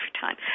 time